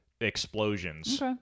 explosions